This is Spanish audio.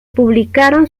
publicaron